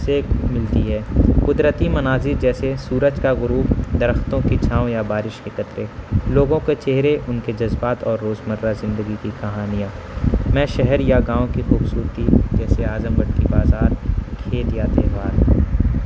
سے ملتی ہے قدرتی مناظر جیسے سورج کا غروپ درختوں کی چھاؤں یا بارش کے قطرے لوگوں کے چہرے ان کے جذبات اور روز مرہ زندگی کی کہانیاں میں شہر یا گاؤں کی خوبصورتی جیسے اعظم گڑھ کی بازار کھیت یا تہوار